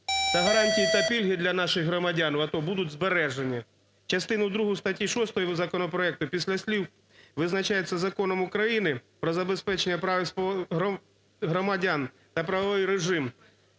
гарантії, та пільги для наших громадян в АТО будуть збережені. Частину другу статті 6 законопроекту після слів "визначається Законом України про забезпечення прав і свобод громадян та правовий режим